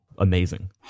amazing